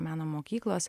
meno mokyklos